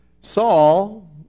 Saul